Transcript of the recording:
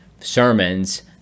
sermons